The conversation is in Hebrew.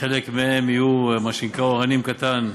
חלק מהם יהיו מה שנקרא "אורנים קטן",